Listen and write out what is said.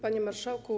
Panie Marszałku!